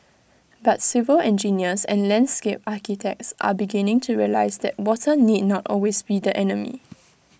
but civil engineers and landscape architects are beginning to realise that water need not always be the enemy